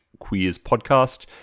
queerspodcast